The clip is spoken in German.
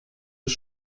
des